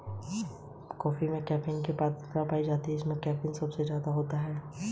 मुझे दो करोड़ रुपए चाहिए इसलिए मैंने कुछ वेंचर कैपिटल प्रदान करने वाली कंपनियों से बातचीत की है